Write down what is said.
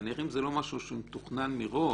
נניח אם זה לא משהו שהוא מתוכנן מראש,